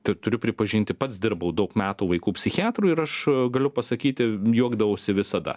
t turiu pripažinti pats dirbau daug metų vaikų psichiatru ir aš galiu pasakyti juokdavausi visada